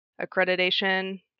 accreditation